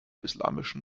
islamischen